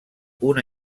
una